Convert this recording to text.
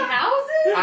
houses